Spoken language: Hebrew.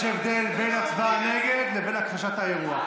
יש הבדל בין הצבעה נגד לבין הכחשת האירוע.